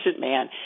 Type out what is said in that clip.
man